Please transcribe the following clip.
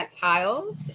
Tiles